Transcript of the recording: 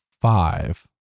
five